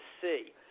see